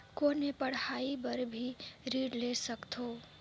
कौन मै पढ़ाई बर भी ऋण ले सकत हो?